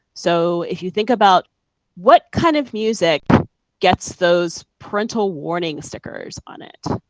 so if you think about what kind of music gets those parental warning stickers on it?